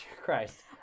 Christ